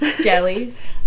jellies